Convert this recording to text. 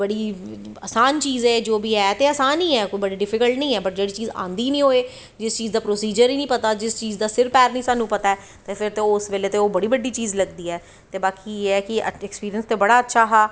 बड़ा आसान चीज़ ऐ जो बी ऐ ते आसान ही ऐ एह् बड़ा डिफिक्लट नी ऐ पर जेह्ड़ी चीज़ आंदी नी ऐ जिस चीज़ दा प्रसिज़र नी पता जिस चीज़ दा सिर पैर नी पता ते फिर ते उस बोल्ले ते ओह् बड़ा बड्डी चीज़ लगदी ऐ ते बाकी एह् ऐ कि ऐक्सपिरिंस ते बड़ा अच्चा हा